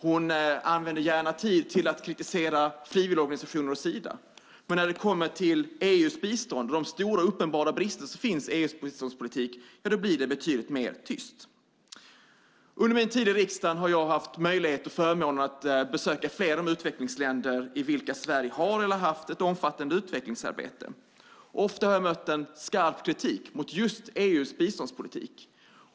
Hon använder gärna tid till att kritisera frivilligorganisationer och Sida. Men när det kommer till EU:s bistånd och de stora och uppenbara brister som finns i EU:s biståndspolitik blir det betydligt mer tyst. Under min tid i riksdagen har jag haft möjligheten och förmånen att besöka flera av de utvecklingsländer i vilka Sverige har eller har haft ett omfattande utvecklingsarbete. Ofta har jag mött en skarp kritik mot just EU:s biståndspolitik.